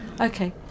okay